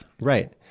Right